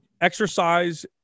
exercise